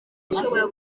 ushobora